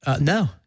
No